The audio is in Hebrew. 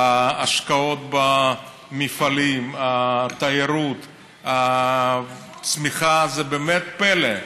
השקעות במפעלים, התיירות, הצמיחה, זה באמת פלא.